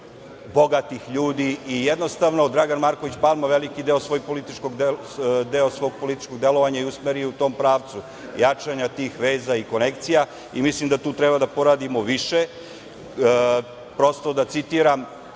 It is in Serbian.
bogatih ljudi. Jednostavno, Dragan Marković Palma veliki deo svog političkog delovanja je usmerio u tom pravcu jačanja tih veza i konekcija i mislim da tu treba da poradimo više. Prosto, da citiram,